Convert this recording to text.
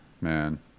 man